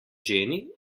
ženi